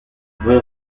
vraie